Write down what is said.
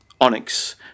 Onyx